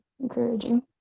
encouraging